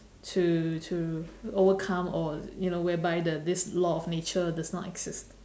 to to overcome or you know whereby the this law of nature does not exist